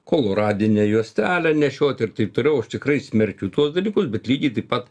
koloradinę juostelę nešiot ir taip toliau aš tikrai smerkiu tuos dalykus bet lygiai taip pat